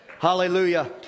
Hallelujah